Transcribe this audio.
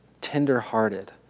tender-hearted